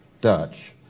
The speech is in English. Dutch